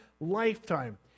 lifetime